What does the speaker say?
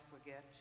forget